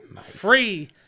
Free